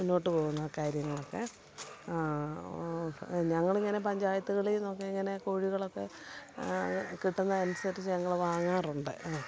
മുന്നോട്ട് പോവുന്നു ആ കാര്യങ്ങളൊക്കെ ഞങ്ങളിങ്ങനെ പഞ്ചായത്തുകളില്നിന്നൊക്കെ ഇങ്ങനെ കോഴികളൊക്കെ അത് കിട്ടുന്നതനുസരിച്ച് ഞങ്ങള് വാങ്ങാറുണ്ട്